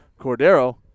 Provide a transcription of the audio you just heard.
Cordero